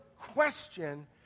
question